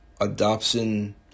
adoption